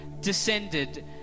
descended